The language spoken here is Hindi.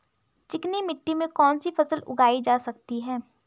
चिकनी मिट्टी में कौन सी फसल उगाई जा सकती है?